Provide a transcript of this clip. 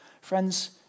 Friends